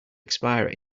expire